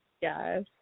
Yes